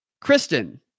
Kristen